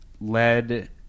led